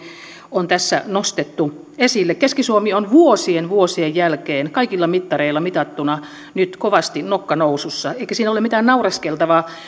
on tässä nostettu esille keski suomi on vuosien vuosien jälkeen kaikilla mittareilla mitattuna nyt kovasti nokka nousussa eikä siinä ole mitään naureskeltavaa